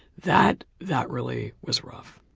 that that really was rough.